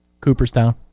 Cooperstown